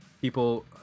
people